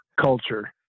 culture